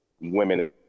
women